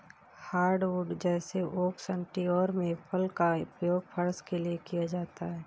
hardwood जैसे oak सन्टी और मेपल का उपयोग फर्श के लिए किया जाता है